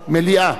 למליאה,